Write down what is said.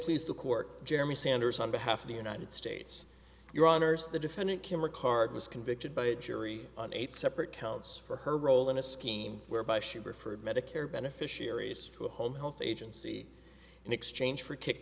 please the court jeremy sanders on behalf of the united states your honors the defendant kimmer card was convicted by a jury of eight separate kilts for her role in a scheme whereby she referred medicare beneficiaries to a home health agency in exchange for kick